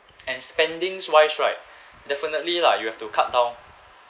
and spendings wise right definitely lah you have to cut down